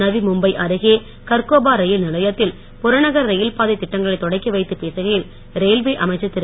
நவி மும்பை அருகே கர்கோபார் ரயில் நிலையத்தில் புறநகர் ரயில் பாதை திட்டங்களைத் தொடக்கி வைத்துப் பேசுகையில் ரயில்வே அமைச்சர் திரு